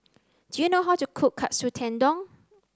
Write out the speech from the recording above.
do you know how to cook Katsu Tendon